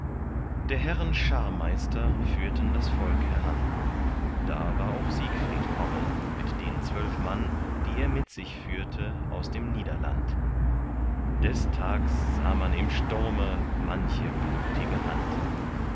der herren scharmeister führten das volk heran da war auch siegfried kommen mit den zwölf mann die er mit sich führte aus dem niederland des tags sah man im sturme manche blutige hand